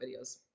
videos